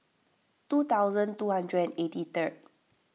two thousand two hundred and eighty third